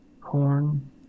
corn